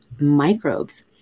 microbes